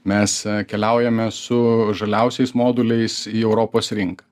mes keliaujame su žaliausiais moduliais į europos rinką